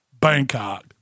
Bangkok